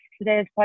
today's